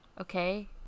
Okay